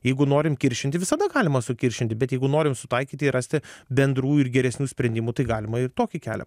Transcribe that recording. jeigu norim kiršinti visada galima sukiršinti bet jeigu norim sutaikyti ir rasti bendrų ir geresnių sprendimų tai galima ir tokį kelią